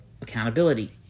accountability